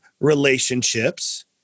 relationships